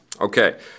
Okay